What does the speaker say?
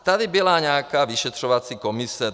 Tady byla nějaká vyšetřovací komise.